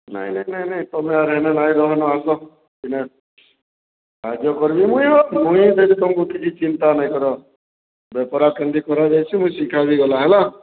ନାଇଁ ନାଇଁ ନାଇଁ ନାଇଁ ତମେ ଆର୍ ହେନେ ନାଇଁ ରହନ ଆସ ଇନେ ସାହାଯ୍ୟ କର୍ମି ମୁଇଁ ଯଦି ତମକୁ କିଛି ଚିନ୍ତା ନାଇଁ କର ବେପାର କେନ୍ତା କରାଯାଇସି ମୁଇଁ ଶିଖାଇବି ଗଲା ହେଲା